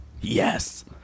Yes